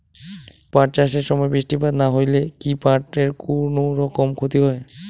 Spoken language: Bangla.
পাট চাষ এর সময় বৃষ্টিপাত না হইলে কি পাট এর কুনোরকম ক্ষতি হয়?